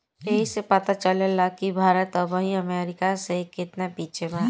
ऐइसे पता चलेला कि भारत अबही अमेरीका से केतना पिछे बा